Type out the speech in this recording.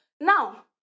now